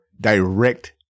direct